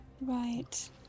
Right